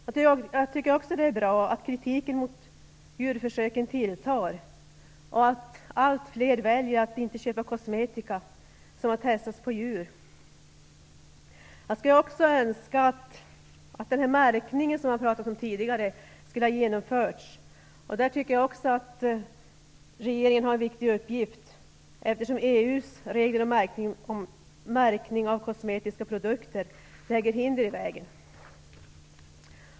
Jag tycker också att det är bra att kritiken mot djurförsöken tilltar och att allt fler väljer att inte köpa kosmetika som har testats på djur. Jag skulle vidare ha önskat att den märkning som det tidigare har talats om hade genomförts. Jag tycker att regeringen på den punkten har en viktig uppgift, eftersom EU:s regler om märkning av kosmetiska produkter lägger hinder i vägen.